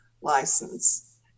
License